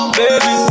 baby